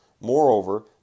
Moreover